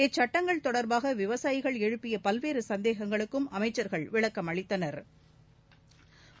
இச்சுட்டங்கள் தொடர்பாக விவசாயிகள் எழுப்பிய பல்வேறு சந்தேகங்களுக்கும் அமைச்சள்கள் விளக்கமளித்தனா்